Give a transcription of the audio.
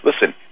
listen